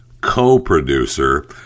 co-producer